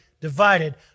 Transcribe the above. divided